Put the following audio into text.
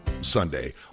Sunday